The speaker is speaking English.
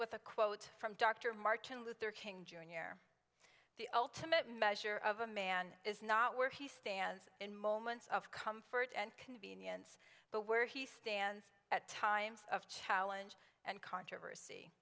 a quote from dr martin luther king jr the ultimate measure of a man is not where he stands in moments of comfort and convenience but where he stands at times of challenge and controversy